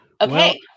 Okay